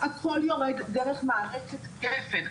הכל יורד דרך מערכת גפ"ן.